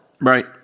Right